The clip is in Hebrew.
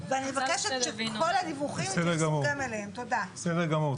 בסדר גמור, תודה.